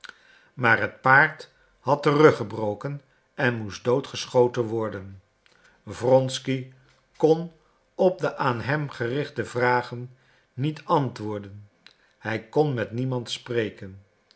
maar het paard had den rug gebroken en moest dood geschoten worden wronsky kon op de aan hem gerichte vragen niet antwoorden hij kon met niemand spreken